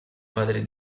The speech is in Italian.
padre